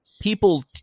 people